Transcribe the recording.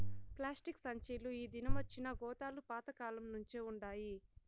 plastic సంచీలు ఈ దినమొచ్చినా గోతాలు పాత కాలంనుంచే వుండాయి